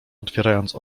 otwierając